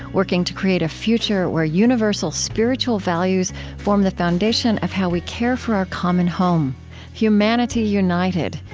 working to create a future where universal spiritual values form the foundation of how we care for our common home humanity united,